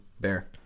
Bear